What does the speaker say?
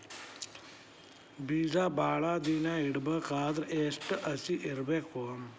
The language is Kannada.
ಬೇಜ ಭಾಳ ದಿನ ಇಡಬೇಕಾದರ ಎಷ್ಟು ಹಸಿ ಇರಬೇಕು?